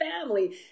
family